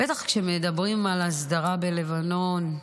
בטח כשמדברים על הסדרה בלבנון,